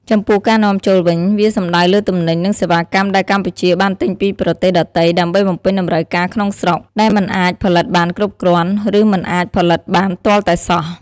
ចំពោះ ការនាំចូល វិញ វាសំដៅលើទំនិញ និងសេវាកម្មដែលកម្ពុជាបានទិញពីប្រទេសដទៃ ដើម្បីបំពេញតម្រូវការក្នុងស្រុក ដែលមិនអាចផលិតបានគ្រប់គ្រាន់ ឬមិនអាចផលិតបានទាល់តែសោះ។